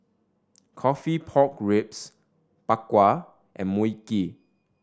coffee pork ribs Bak Kwa and Mui Kee